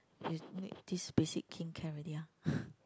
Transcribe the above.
is need this basic king can already ah